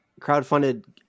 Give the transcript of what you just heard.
Crowdfunded